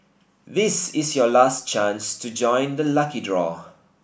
this is your last chance to join the lucky draw